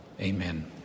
amen